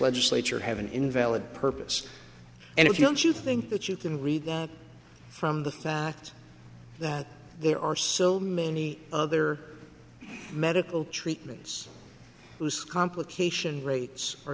legislature have an invalid purpose and if you don't you think that you can read from the fact that there are so many other medical treatments whose complication rates are